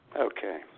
Okay